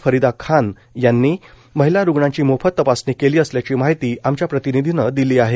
फरीदा खान यांनी महीला रुग्णांची मोफत तपासणी केली असल्याची माहिती आमच्या प्रतिनिधीने दिली आहे